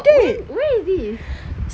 but where where is this